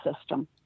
system